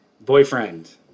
boyfriend